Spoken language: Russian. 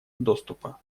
доступа